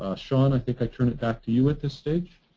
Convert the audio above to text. sean i think i turn it back to you at this stage?